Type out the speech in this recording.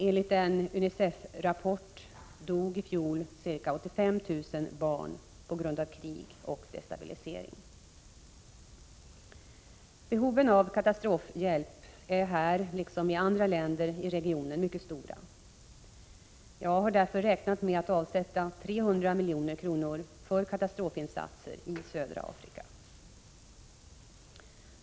Enligt en UNICEF-rapport dog i fjol ca 85 000 barn på grund av krig och destabilisering. Behoven av katastrofhjälp är här liksom i andra länder i regionen mycket stora. Jag har därför räknat med att avsätta 300 milj.kr. för katastrofinsatser i södra Afrika.